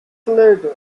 later